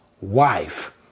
wife